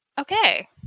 okay